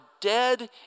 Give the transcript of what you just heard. dead